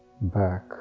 back